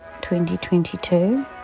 2022